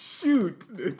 shoot